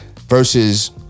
versus